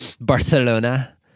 Barcelona